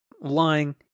lying